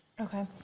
Okay